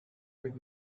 with